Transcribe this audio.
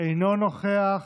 אינו נוכח,